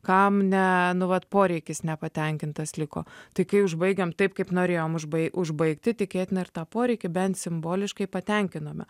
kam ne nu vat poreikis nepatenkintas liko tai kai užbaigiam taip kaip norėjom užbai užbaigti tikėtina ir tą poreikį bent simboliškai patenkinome